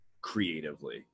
creatively